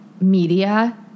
media